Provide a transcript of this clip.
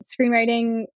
Screenwriting